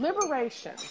liberation